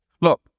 Look